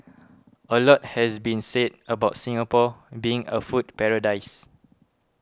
a lot has been said about Singapore being a food paradise